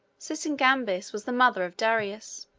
sysigambis was the mother of darius.